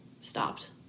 stopped